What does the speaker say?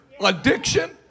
addiction